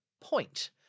point